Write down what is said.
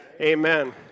Amen